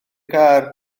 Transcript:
gar